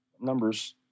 Numbers